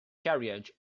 carriage